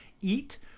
eat